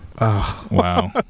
Wow